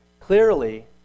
Clearly